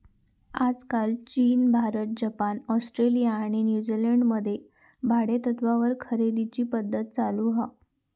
आजकाल चीन, Bharat, Japan, Australia आणि न्यूजीलंड मध्ये भाडेतत्त्वावर खरेदीची पध्दत चालु हा